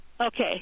Okay